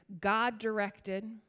God-directed